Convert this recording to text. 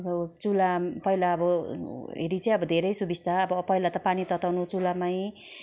अब चुला पहिला अब हेरी चाहिँ अब धेरै सुविस्ता अब पहिला त पानी तताउनु चुलामै